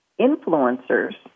influencers